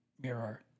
mirror